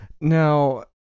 Now